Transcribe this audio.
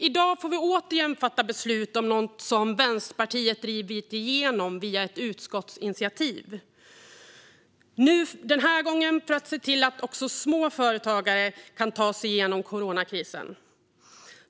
I dag får vi återigen fatta beslut om något som Vänsterpartiet har drivit igenom via ett utskottsinitiativ - den här gången för att se till att också småföretagare kan ta sig igenom coronakrisen.